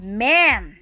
man